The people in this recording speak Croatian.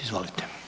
Izvolite.